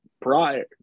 prior